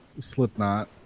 Slipknot